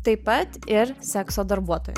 taip pat ir sekso darbuotojų